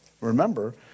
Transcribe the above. remember